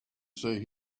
see